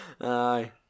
Aye